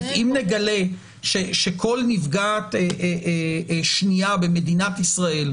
אם נגלה שכל נפגעת שנייה במדינת ישראל,